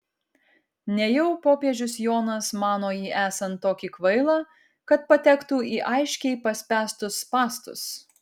nejau popiežius jonas mano jį esant tokį kvailą kad patektų į aiškiai paspęstus spąstus